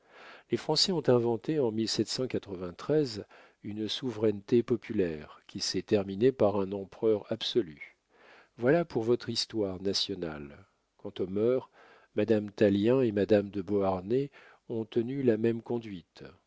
les français ont inventé en une souveraineté populaire qui s'est terminée par un empereur absolu voilà pour votre histoire nationale quant aux mœurs madame tallien et madame de beauharnais ont tenu la même conduite